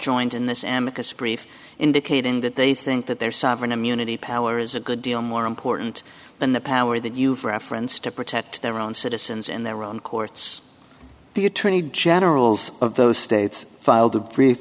joined in this am indicating that they think that their sovereign immunity power is a good deal more important than the power that you've referenced to protect their own citizens in their own courts the attorney generals of those states filed a brief